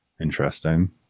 Interesting